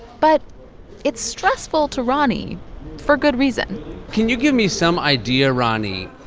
but it's stressful to roni for good reason can you give me some idea, roni,